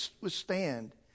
withstand